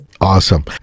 Awesome